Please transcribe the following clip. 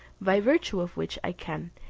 by virtue of which i can,